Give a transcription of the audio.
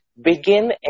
Begin